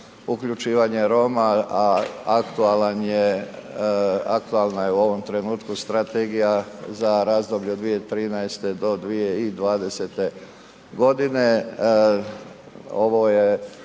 uključivanje Roma, a aktualan, aktualna je je u ovom trenutku strategija za razdoblje od 2013. do 2020. godine. Ovo je